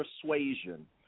persuasion